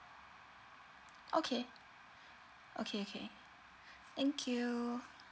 okay okay okay thank you